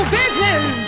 business